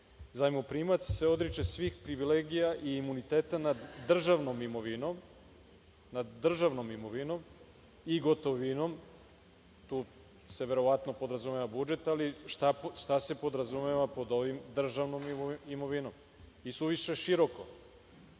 zajmoprimac se odriče svih privilegija i imuniteta nad državnom imovinom, nad državnom imovinom i gotovinom, tu se verovatno podrazumeva budžet, ali šta se podrazumeva pod ovim - državnom imovinom, i suviše je široko,